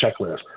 checklist